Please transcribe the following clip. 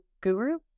guru